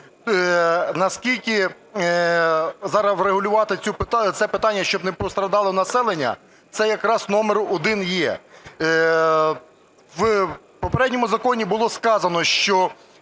Наскільки зараз врегулювати це питання, щоб не постраждало населення, це якраз номер один є. В попередньому законі було сказано, що